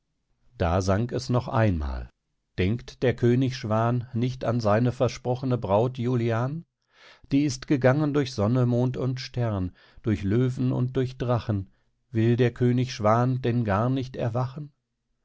da sang es noch einmal denkt der könig schwan nicht an seine versprochene braut julian die ist gegangen durch sonne mond und stern durch löwen und durch drachen will der könig schwan denn gar nicht erwachen